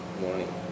morning